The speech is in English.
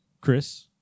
Chris